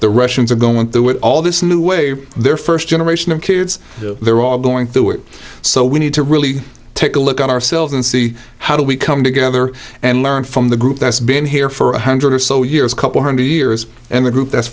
the russians are going through with all this new wave their first generation of kids they're all going through it so we need to really take a look at ourselves and see how do we come together and learn from the group that's been here for a hundred or so years couple hundred years and the group that's